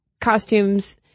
costumes